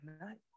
night